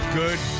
good